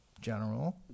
General